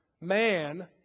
Man